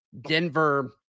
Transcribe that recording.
Denver